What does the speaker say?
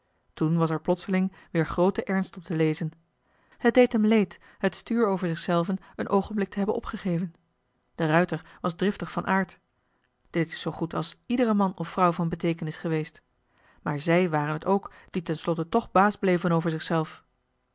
toen was er plotseling weer groote ernst op te lezen het deed hem leed het stuur over zich zelven een oogenblik te hebben opgegeven de ruijter was driftig van aard dit is zoo goed als iedere man of vrouw van beteekenis geweest maar zij waren het ook die ten slotte toch baas bleven over zichzelf